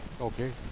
Okay